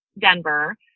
Denver